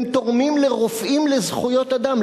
הם תורמים ל"רופאים לזכויות אדם",